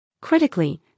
Critically